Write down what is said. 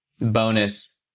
bonus